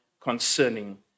concerning